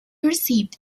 received